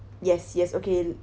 yes yes okay